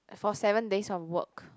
for seven days of work